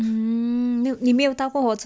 hmm 你没有搭过火车